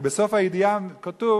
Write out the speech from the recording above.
בסוף הידיעה כתוב,